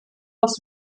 dass